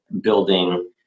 building